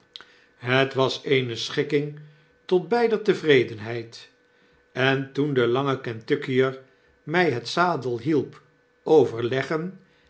het was eene schikking tot beider tevredenheid en toen de lange kentuckier my het zadel hielp overleggen